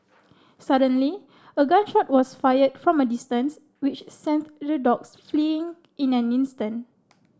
suddenly a gun shot was fired from a distance which sent the dogs fleeing in an instant